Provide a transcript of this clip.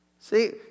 see